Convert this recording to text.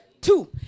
Two